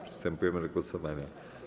Przystępujemy do głosowania.